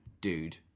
dude